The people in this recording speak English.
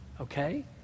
Okay